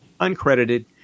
uncredited